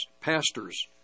pastors